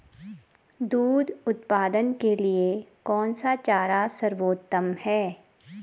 दूध उत्पादन के लिए कौन सा चारा सर्वोत्तम है?